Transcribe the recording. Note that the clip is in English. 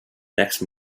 next